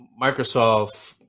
Microsoft